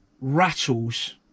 rattles